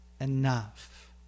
enough